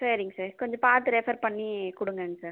சரிங்க சார் கொஞ்சம் பார்த்து ரெஃபர் பண்ணி கொடுங்கங்க சார்